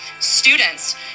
Students